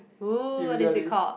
what is it called